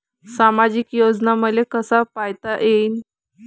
सामाजिक योजना मले कसा पायता येईन?